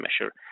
measure